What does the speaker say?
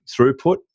throughput